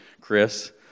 Chris